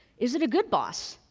is it a good boss?